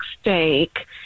steak